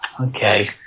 okay